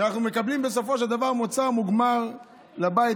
שאנחנו מקבלים בסופו של דבר מוצר מוגמר לבית,